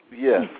Yes